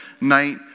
night